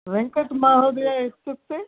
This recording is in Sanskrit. वेङ्कट्महोदय इत्युक्ते